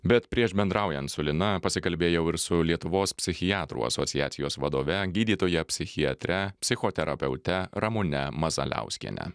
bet prieš bendraujant su lina pasikalbėjau ir su lietuvos psichiatrų asociacijos vadove gydytoja psichiatre psichoterapeute ramune mazaliauskiene